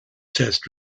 test